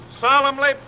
solemnly